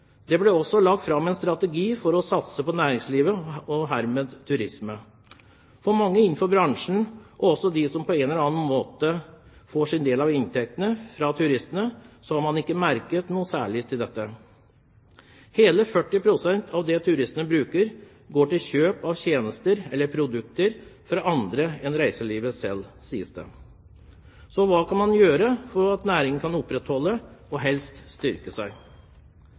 Det ble også lagt fram en strategi for å satse på næringslivet – og herved turisme. Mange innenfor bransjen og også de som på en eller annen måte får sin del av inntektene fra turistene, har ikke merket noe særlig til dette. Hele 40 pst. av det turistene bruker, går til kjøp av tjenester eller produkter fra andre enn reiselivet selv, sies det. Så hva kan man gjøre for at næringen kan opprettholdes og helst